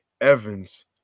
Evans